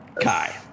Kai